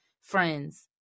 Friends